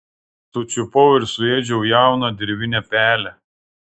sučiupau ir suėdžiau jauną dirvinę pelę